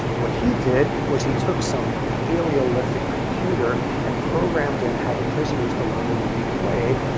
what he did was he took some paleolithic computer and programmed in how the prisoner's dilemma would be played.